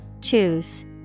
Choose